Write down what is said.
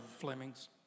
Flemings